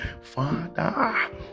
Father